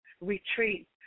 Retreat